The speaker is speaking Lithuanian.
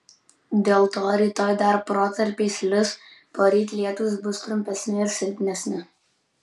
dėl to rytoj dar protarpiais lis poryt lietūs bus trumpesni ir silpnesni